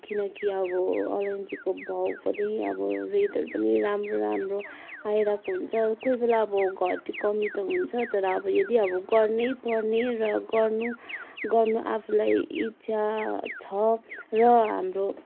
किनकि अब अलैँचीको भाउ पनि अब रेटहरू पनि राम्रो राम्रो आइरहेको हुन्छ कोही बेला अब घटी कमी त हन्छ तर अब यदि अब गर्नुै पर्ने र गर्नु गर्नु आफूलाई इच्छा छ र हाम्रो